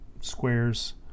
squares